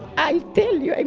i tell you, and